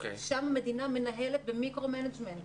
שם המדינה מנהלת במיקרו מנג'מנט